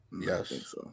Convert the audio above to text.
Yes